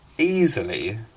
easily